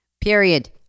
period